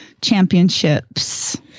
Championships